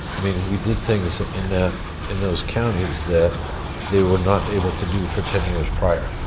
i mean we did things in that in those counties that they were not able to do for ten years prior.